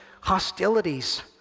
hostilities